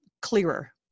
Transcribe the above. clearer